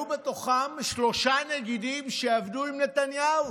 היו בתוכם שלושה נגידים שעבדו עם נתניהו.